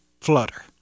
flutter